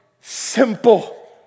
simple